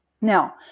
now